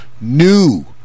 new